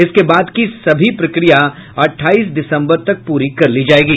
इसके बाद की प्रक्रिया अठाईस दिसम्बर तक पूरी कर ली जायेगी